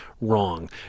wrong